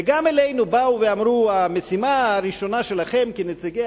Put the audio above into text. וגם אלינו באו ואמרו: המשימה הראשונה שלכם כנציגי